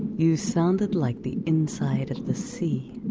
you sounded like the inside of the sea.